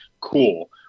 Cool